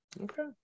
Okay